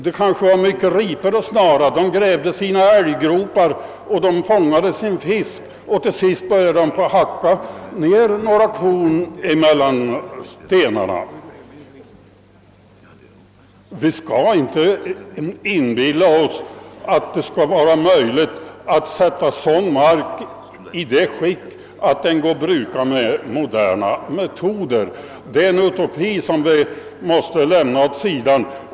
Det kanske fanns mycket ripor att snara, de grävde älggropar och fångade fisk, och sedan började de hacka ned några korn mellan stenarna. Vi skall inte inbilla oss att sådan mark kan sättas i skick att brukas med moderna metoder. Det är en utopi, som vi måste lämna åt sidan.